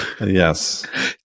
yes